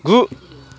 गु